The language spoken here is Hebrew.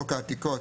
"חוק העתיקות"